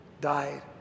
died